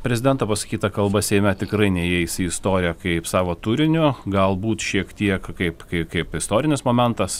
prezidento pasakyta kalba seime tikrai neįeis į istoriją kaip savo turiniu galbūt šiek tiek kaip kai kaip istorinis momentas